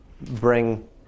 bring